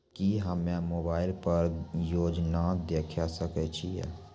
की हम्मे मोबाइल पर योजना देखय सकय छियै?